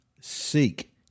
Seek